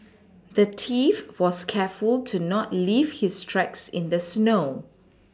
the thief was careful to not leave his tracks in the snow